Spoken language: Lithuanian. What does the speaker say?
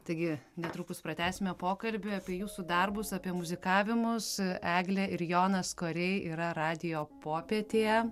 taigi netrukus pratęsime pokalbį apie jūsų darbus apie muzikavimus eglė ir jonas koriai yra radijo popietėje